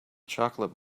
chocolate